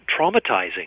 traumatizing